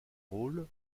rôle